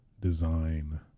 design